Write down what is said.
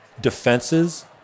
defenses